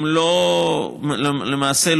למעשה,